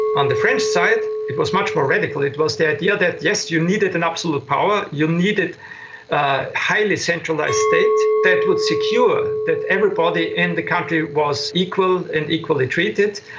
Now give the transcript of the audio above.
on the french side it was much more radical, it was the idea that yes, you needed an absolute power, you needed a highly centralised state that would secure that everybody in the country was equal and equally treated.